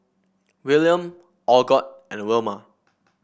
William Algot and Wilma